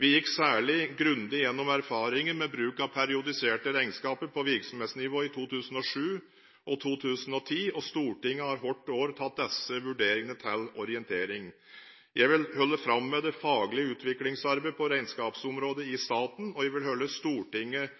Vi gikk særlig grundig gjennom erfaringene med bruk av periodiserte regnskaper på virksomhetsnivå i 2007 og 2010. Stortinget har hvert år tatt disse vurderingene til orientering. Jeg vil holde fram med det faglige utviklingsarbeidet på regnskapsområdet i staten, og jeg vil holde Stortinget